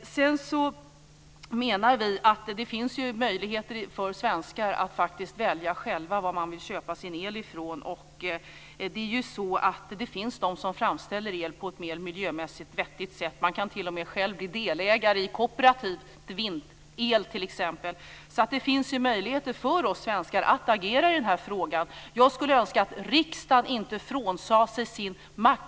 Det finns möjligheter för svenskar att själva välja varifrån de vill köpa sin el. Det finns de som framställer el på ett miljömässigt vettigare sätt. Man kan t.o.m. själv bli delägare i kooperativ. Det finns möjligheter för oss svenskar att agera i denna fråga. Jag skulle önska att riksdagen inte frånsade sig sin makt.